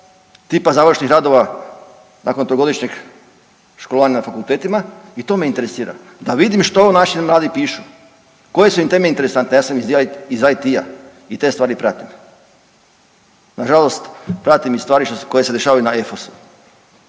tipa završnih radova nakon trogodišnjeg školovanja na fakultetima i to me interesira, da vidim što naši mladi pišu, koje su im teme interesantne. Ja sam IT-a i te stvari pratim. Na žalost pratim i stvari koje se dešavaju i na EFOS-u